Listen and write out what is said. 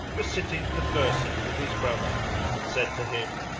was sitting conversing with his brother and said to him,